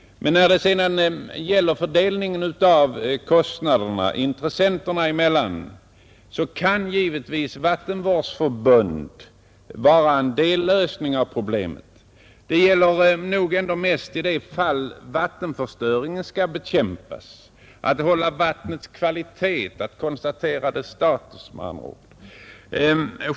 Men när det sedan gäller fördelningen av kostnaderna intressenterna emellan kan givetvis ett vattenvårdsförbund vara en dellösning av problemet. Det gäller nog mest i det fall vattenförstöringen skall bekämpas, att hålla vattnets kvalitet — att konstatera dess status med andra ord.